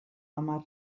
hamar